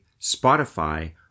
Spotify